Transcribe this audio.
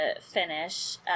finish